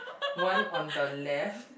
one on the left